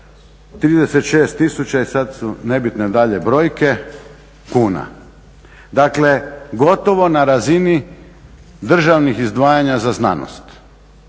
36 tisuća i sad su nebitne dalje brojke kuna. Dakle, gotovo na razini državnih izdvajanja za znanost.